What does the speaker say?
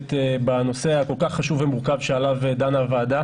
מוקדמת בנושא הכול כך חשוב ומורכב שעליו דנה הוועדה